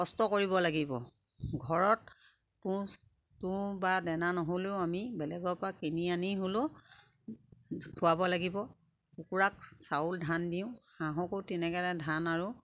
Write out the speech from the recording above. কষ্ট কৰিব লাগিব ঘৰত তোঁহ বা দেনা নহ'লেও আমি বেলেগৰ পৰা কিনি আনি হ'লেও খোৱাব লাগিব কুকুৰাক চাউল ধান দিওঁ হাঁহকো তেনেকেৰে ধান আৰু